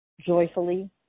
Joyfully